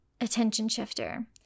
attention-shifter